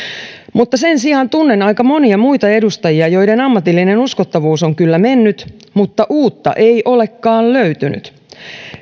mutta sen sijaan tunnen aika monia muita edustajia joiden ammatillinen uskottavuus on kyllä mennyt mutta uutta ei olekaan löytynyt